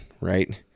right